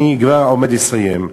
אני כבר עומד לסיים.